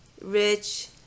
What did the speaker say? rich